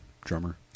drummer